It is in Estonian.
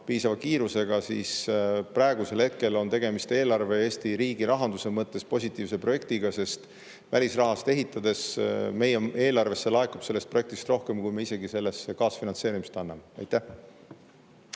tempoga, kiirusega, siis praegusel hetkel on tegemist eelarve ja Eesti riigi rahanduse mõttes positiivse projektiga, sest välisraha eest ehitades laekub meie eelarvesse sellest projektist rohkem, kui me ise sellesse kaasfinantseerimisega [paneme]. Aitäh!